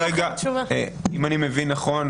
אם אני מבין נכון,